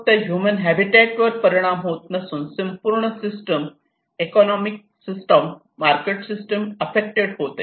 फक्त human habitat वर परिणाम होत नसून संपूर्ण system economic system market system affected होते